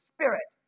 Spirit